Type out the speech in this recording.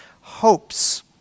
hopes